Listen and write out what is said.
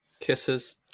kisses